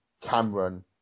Cameron